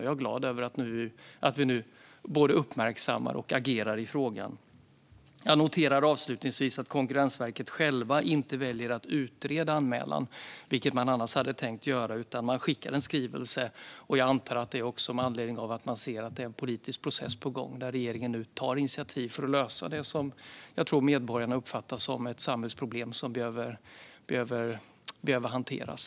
Jag är glad över att vi nu uppmärksammar och agerar i frågan. Jag noterar, avslutningsvis, att Konkurrensverket självt väljer att inte utreda anmälan, vilket man annars hade tänkt göra. Man skickar en skrivelse. Jag antar att det är med anledning av att man ser att det är en politisk process på gång. Regeringen tar nu initiativ för att lösa det som jag tror att medborgarna uppfattar som ett samhällsproblem som behöver hanteras.